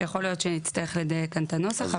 יכול להיות שנצטרך לדייק כאן את הנוסח,